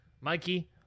Mikey